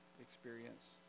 experience